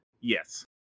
yes